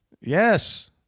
Yes